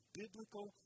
biblical